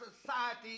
society